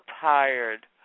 tired